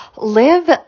live